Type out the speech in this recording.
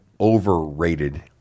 overrated